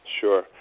Sure